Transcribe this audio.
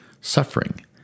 Suffering